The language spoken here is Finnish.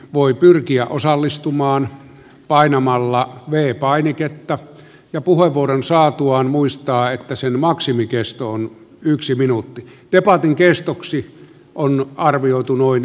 voi pyrkiä osallistumaan painamalla vei painiketta jo puhua vuoron saatuaan muistaa että sen maksimikesto on yksi minuutti ja paten kestoksi on arvioitu noin